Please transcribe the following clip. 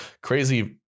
Crazy